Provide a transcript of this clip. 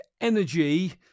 energy